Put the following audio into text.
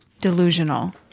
delusional